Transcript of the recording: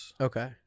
Okay